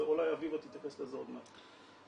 ואולי אביבה תתייחס לזה עוד מעט.